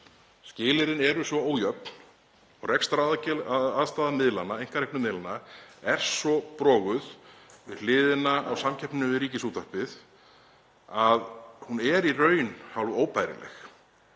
Skilyrðin eru svo ójöfn og rekstraraðstaða einkareknu miðlanna eru svo broguð við hliðina á samkeppni við Ríkisútvarpið að hún er í raun hálfóbærileg.